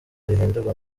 rihindurwa